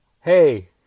hey